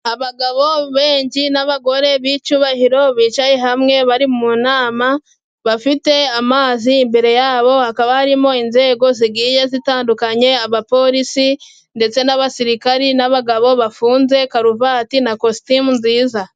Abagabo n'abagore b'icyubahiro bicaye hamwe bari mu nama, bafite amazi imbere yabo hakaba harimo inzego zigiye zitandukanye: abapolisi ndetse n'abasirikare, n'abagabo bafunze karuvati na kositimu nziza.